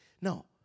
No